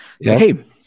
hey